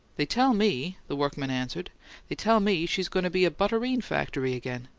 they tell me, the workman answered they tell me she's goin' to be a butterine factory again.